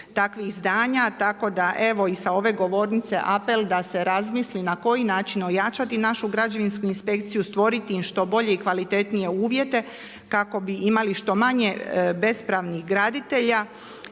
takvih izdanja, tako da evo i sa ove govornice apel da se razmisli na koji način ojačati našu građevinsku inspekciju, stvoriti im što bolje i kvalitetnije uvijete, kako bi imali što manje bespravnih graditelja